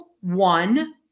one